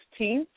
16th